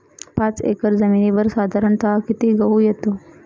पाच एकर जमिनीवर साधारणत: किती गहू येतो?